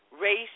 Race